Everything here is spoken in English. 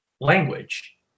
language